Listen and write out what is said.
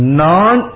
non